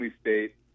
state